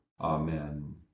Amen